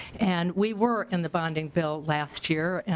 and we were in the bonding bill last year.